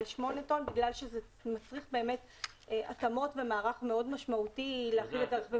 8 טון בגלל שזה מצריך באמת התאמות ומערך מאוד משמעותי להחיל את זה.